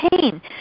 pain